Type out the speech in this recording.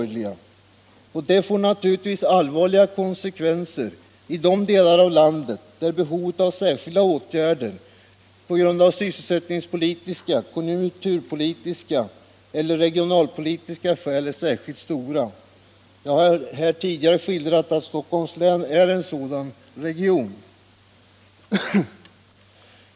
En sådan fördelning får naturligtvis allvarliga konsekvenser i de delar av landet där behovet av särskilda åtgärder av sysselsättningspolitiska, konjunkturpolitiska eller regionalpolitiska skäl är särskilt stort. Jag har här tidigare talat om att Stockholms län är en sådan region.